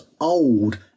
old